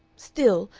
still,